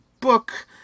book